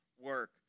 work